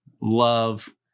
love